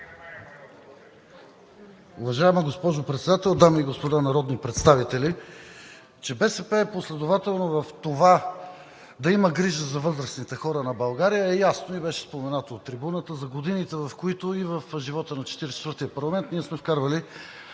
Уважаема госпожо Председател, дами и господа народни представители! Че БСП е последователна в това да има грижа за възрастните хора на България е ясно и беше споменато от трибуната, за годините, в които и в живота на 44-тия парламент ние сме вкарвали